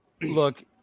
look